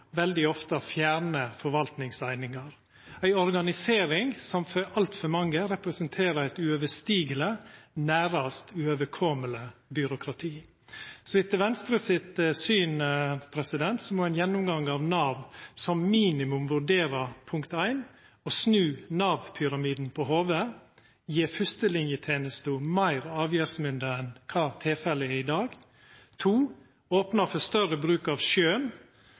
veldig ofte fjernar forvaltingseiningar – ei organisering som for altfor mange representerer eit uoverstigeleg, nærast uoverkomeleg byråkrati. Så etter Venstre sitt syn må ein gjennomgang av Nav som minimum vurdera: å snu Nav-pyramiden på hovudet og gje fyrstelinetenesta meir avgjerdsmynde enn kva tilfellet er i dag; å opna for større bruk av skjøn